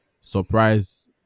surprise